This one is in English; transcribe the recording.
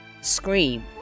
scream